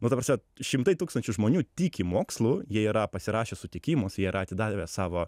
nu ta prasme šimtai tūkstančių žmonių tiki mokslu jie yra pasirašę sutikimus jie yra atidavę savo